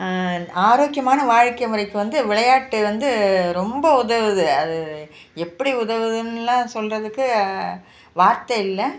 ஆரோக்கியமான வாழ்க்கை முறைக்கு வந்து விளையாட்டு வந்து ரொம்ப உதவுவது அது எப்படி உதவுதுன்லாம் சொல்கிறதுக்கு வார்த்தை இல்லை